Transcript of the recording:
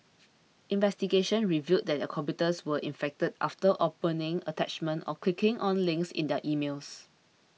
investigations revealed that their computers were infected after opening attachments or clicking on links in their emails